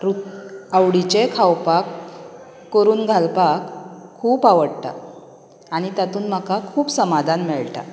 आवडीचें खावपाक करून घालपाक खूब आवडटा आनी तातूंत म्हाका खूब समाधान मेळटा